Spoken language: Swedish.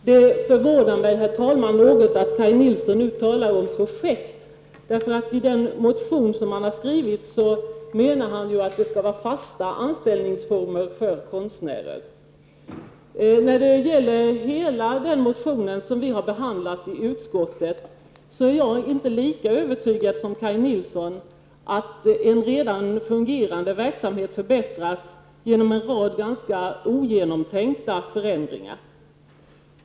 Herr talman! Det Kaj Nilsson uttalar om projekt förvånar mig litet. I den motion som han har skrivit menar han att det skall vara fasta anställningsformer för konstnärer. Efter behandlingen av motionen i utskottet är jag inte lika övertygad som Kaj Nilsson om att en redan fungerande verksamhet kan förbättras genom en rad ganska ogenomtänkta förändringar.